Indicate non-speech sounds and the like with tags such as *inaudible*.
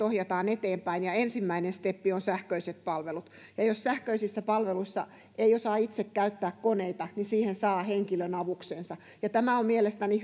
*unintelligible* ohjataan eteenpäin ensimmäinen steppi on sähköiset palvelut ja jos sähköisissä palveluissa ei osaa itse käyttää koneita niin siihen saa henkilön avuksensa tämä on mielestäni *unintelligible*